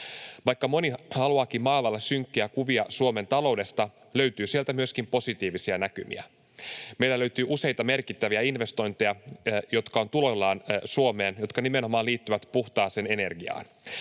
Vaikka moni haluaakin maalailla synkkiä kuvia Suomen taloudesta, löytyy sieltä myöskin positiivisia näkymiä. Meillä löytyy useita merkittäviä investointeja, jotka ovat tuloillaan Suomeen, jotka nimenomaan liittyvät puhtaaseen energiaan.